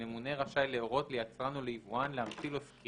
"(א1)הממונה רשאי להורות ליצרן או ליבואן להמציא לו סקירה,